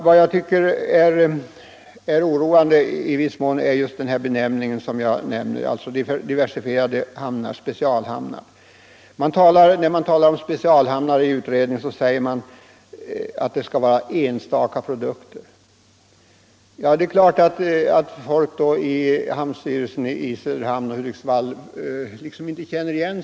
Vad jag tycker är i viss mån oroande är just benämningen diversifierade hamnar, specialhamnar. När man talar om specialhamnar i utredningen säger man att det skall vara fråga om enstaka produkter. Det är klart att folk i hamnstyrelsen i Söderhamn och Hudiksvall då liksom inte känner igen sig.